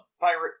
pirate